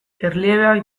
erliebeak